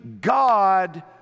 God